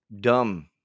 dumb